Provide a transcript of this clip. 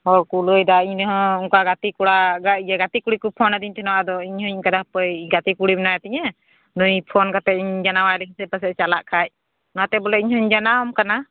ᱦᱚᱲ ᱠᱚ ᱞᱟᱹᱭ ᱮᱫᱟ ᱤᱧ ᱦᱚᱸ ᱚᱱᱠᱟ ᱜᱟᱛᱮ ᱠᱚᱲᱟ ᱤᱭᱟᱹ ᱜᱟᱛᱮ ᱠᱩᱲᱤ ᱠᱚ ᱯᱷᱳᱱᱟᱫᱤᱧ ᱛᱟᱦᱮᱱᱟ ᱟᱫᱚ ᱤᱧ ᱦᱚᱸᱧ ᱚᱱᱠᱟᱭᱮᱫᱟ ᱦᱟᱯᱳᱭ ᱜᱟᱛᱮ ᱠᱩᱲᱤ ᱢᱮᱱᱟᱭ ᱛᱤᱧᱟᱹ ᱱᱩᱭ ᱯᱷᱳᱱ ᱠᱟᱛᱮ ᱤᱧ ᱡᱟᱱᱟᱣᱟᱭ ᱞᱮᱜᱮ ᱥᱮ ᱯᱟᱪᱮᱫ ᱮᱭ ᱪᱟᱞᱟᱜ ᱠᱷᱟᱱ ᱚᱱᱟᱛᱮ ᱵᱚᱞᱮ ᱤᱧ ᱦᱩᱧ ᱡᱟᱱᱟᱣᱟᱢ ᱠᱟᱱᱟ